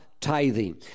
tithing